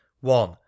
one